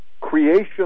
creation